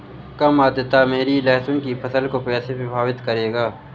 कम आर्द्रता मेरी लहसुन की फसल को कैसे प्रभावित करेगा?